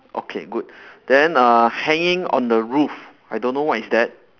okay good then uh hanging on the roof I don't know what is that